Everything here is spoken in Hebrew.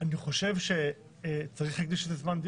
בסך הכול,